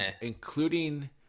including